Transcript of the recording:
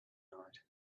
night